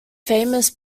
famous